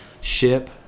ship